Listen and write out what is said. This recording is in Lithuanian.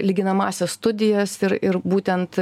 lyginamąsias studijas ir ir būtent